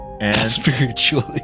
Spiritually